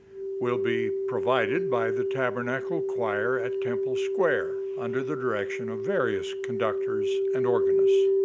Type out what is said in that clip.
will be provided by the tabernacle choir at temple square under the direction of various conductors and organists.